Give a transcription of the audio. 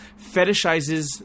fetishizes